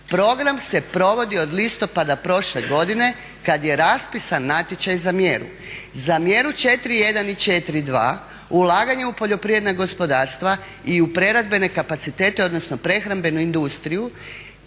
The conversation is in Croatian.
Program se provodi od listopada prošle godine kad je raspisan natječaj za mjeru. Za mjeru 4.1. i 4.2. ulaganje u poljoprivredna gospodarstva i u preradbene kapacitete odnosno prehrambenu industriju